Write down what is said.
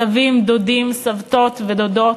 סבים, דודים, סבתות ודודות,